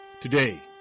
Today